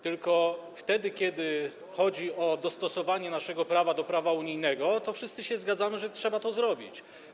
Tylko wtedy, kiedy chodzi o dostosowanie naszego prawa do prawa unijnego, to wszyscy się zgadzamy, że trzeba to zrobić.